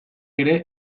ere